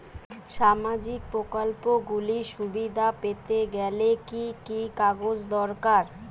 সামাজীক প্রকল্পগুলি সুবিধা পেতে গেলে কি কি কাগজ দরকার?